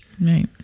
right